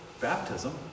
baptism